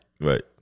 Right